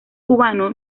cubano